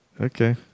Okay